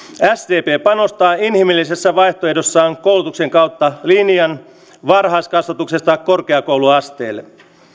sdp panostaa inhimillisessä vaihtoehdossaan koulutukseen kautta linjan varhaiskasvatuksesta korkeakouluasteelle